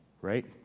right